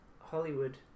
Hollywood